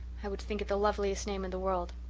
i would think it the loveliest name in the world.